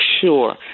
sure